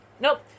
nope